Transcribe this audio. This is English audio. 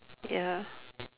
ya